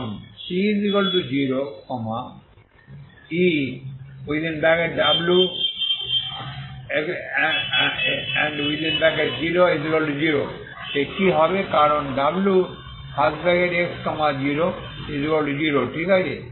এখন t0 Ew00 এ কি হবে কারণ wx00 ঠিক আছে